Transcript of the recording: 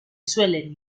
suelen